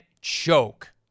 choke